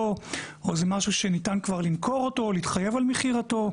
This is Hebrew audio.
או זה משהו שניתן כבר למכור אותו או להתחייב על מכירתו.